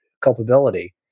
culpability—